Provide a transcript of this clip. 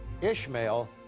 Ishmael